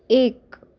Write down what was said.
एक